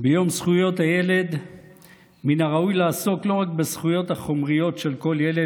ביום זכויות הילד מן הראוי לעסוק לא רק בזכויות החומריות של כל ילד,